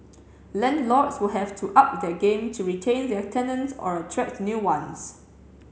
landlords will have to up their game to retain their tenants or attract new ones